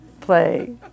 play